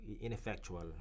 ineffectual